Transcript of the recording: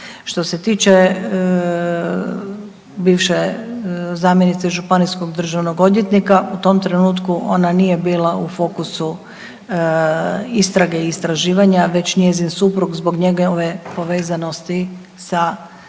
Što se tiče bivše zamjenice županijskog državnog odvjetnika, u tom trenutku ona nije bila u fokusu istrage i istraživanja već njezin suprug zbog njegove povezanosti sa Kovačevićem